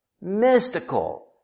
mystical